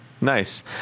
Nice